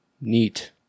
Neat